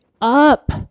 up